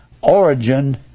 origin